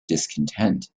discontent